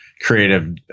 creative